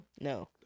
No